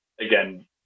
again